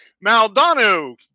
Maldonado